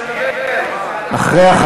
למה אחרי ההצבעה?